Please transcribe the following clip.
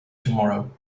tomorrow